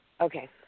Okay